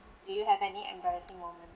do you have any embarrassing moment